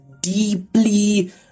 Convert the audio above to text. deeply